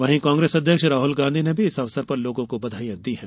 वहीं कांग्रेस अध्यक्ष राहल गांधी ने भी इस अवसर पर लोर्गो को बधाई दी है